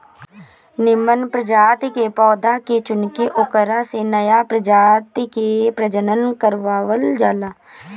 निमन प्रजाति के पौधा के चुनके ओकरा से नया प्रजाति के प्रजनन करवावल जाला